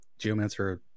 Geomancer